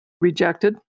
rejected